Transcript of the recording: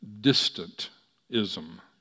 distant-ism